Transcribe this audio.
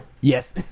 Yes